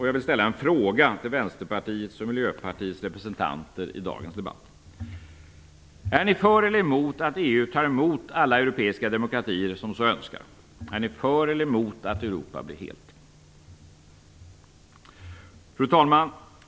Jag vill ställa en fråga till Vänsterpartiets och Miljöpartiets representanter i dagens debatt: Är ni för eller emot att EU tar emot alla europeiska demokratier som önskar gå med? Är ni för eller emot att Europa blir helt? Fru talman!